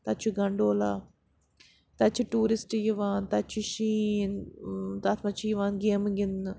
تَتہِ چھُ گَنڈولا تَتہِ چھِ ٹیوٗرِسٹ یِوان تَتہِ چھُ شیٖن تَتھ منٛز چھِ یِوان گیمہٕ گِنٛدنہٕ